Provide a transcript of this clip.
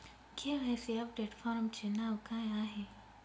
KYC update फॉर्मचे नाव काय आहे?